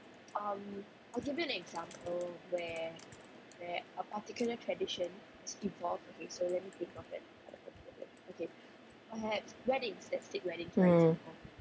mm